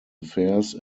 affairs